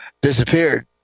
disappeared